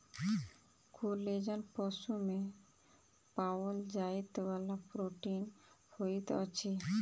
collagen पशु में पाओल जाइ वाला प्रोटीन होइत अछि